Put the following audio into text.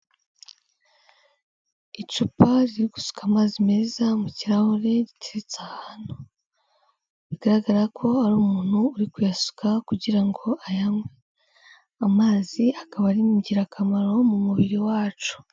Icupa riri gusuka amazi meza mu kirahure giteretse ahantu, bigaragara ko ari umuntu uri kuyasuka kugira ngo ayanywe, amazi akaba ari ingirakamaro mu mubiri wacu.